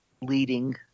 leading